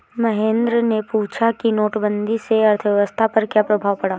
महेंद्र ने पूछा कि नोटबंदी से अर्थव्यवस्था पर क्या प्रभाव पड़ा